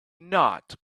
not